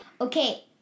Okay